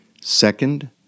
second